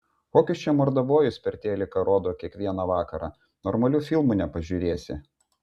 kokius čia mordabojus per teliką rodo kiekvieną vakarą normalių filmų nepažiūrėsi